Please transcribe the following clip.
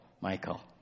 Michael